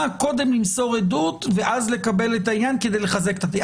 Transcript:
קודם למסור עדות ואז לקבל את העניין כדי לחזק את התיק.